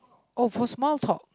uh for small talk